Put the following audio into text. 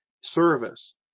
service